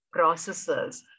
processors